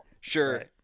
Sure